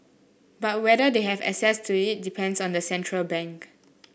but whether they have access to it depends on the central bank